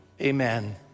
amen